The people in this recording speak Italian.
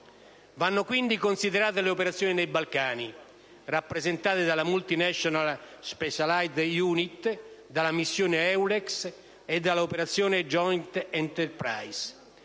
Vanno quindi considerate le operazioni nei Balcani, rappresentate dalla *Multinational* *specialized* *unit* (MSU), dalla missione Eulex e dall'operazione *Joint enterprise*.